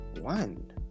One